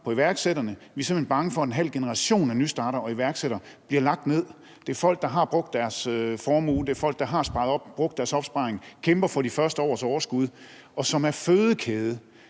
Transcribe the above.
på iværksætterne. Vi er simpelt hen bange for, at en halv generation af nystartere og iværksættere bliver lagt ned. Det er folk, der har brugt deres formue. Det er folk, der har sparet op og brugt deres opsparing. De kæmper for de første års overskud, og de er fødekæde